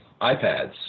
iPads